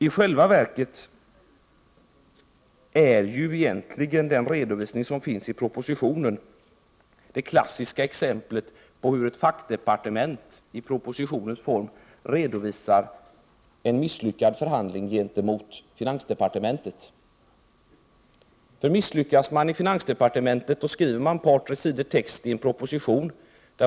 I själva verket är redovisningen i propositionen det klassiska exemplet på hur ett fackdepartement i propositionens form redovisar en misslyckad förhandling med finansdepartementet. Misslyckas man i finansdepartementet skriver man ett par tre sidor text i en proposition.